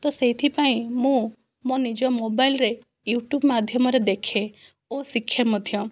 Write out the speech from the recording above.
ତ ସେଥିପାଇଁ ମୁଁ ମୋ ନିଜ ମୋବାଇଲରେ ୟୁଟୁବ ମାଧ୍ୟମରେ ଦେଖେ ଓ ଶିଖେ ମଧ୍ୟ